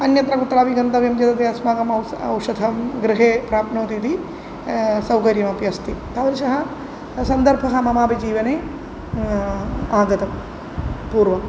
अन्यत्र कुत्रापि गन्तव्यं चेदपि अस्माकम् औषधम् औषधं गृहे प्राप्नोति इति सौकर्यमपि अस्ति तादृशः सन्दर्भः ममापि जीवने आगतं पूर्वम्